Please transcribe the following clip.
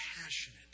passionate